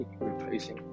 replacing